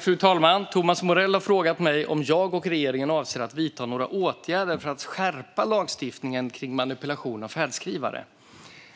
Fru talman! Thomas Morell har frågat mig om jag och regeringen avser att vidta några åtgärder för att skärpa lagstiftningen kring manipulation av färdskrivare.